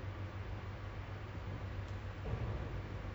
like I I also had the same mentality as you macam um